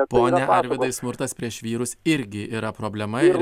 pone arvydai smurtas prieš vyrus irgi yra problema ir